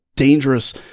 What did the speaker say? dangerous